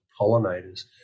pollinators